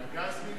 מיליארדים?